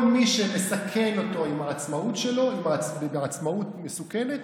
כל מי שמסכן אותו עם העצמאות שלו, בעצמאות מסוכנת,